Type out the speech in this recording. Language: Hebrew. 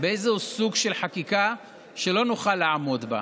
בסוג של חקיקה שלא נוכל לעמוד בה,